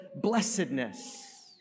blessedness